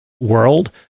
world